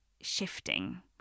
shifting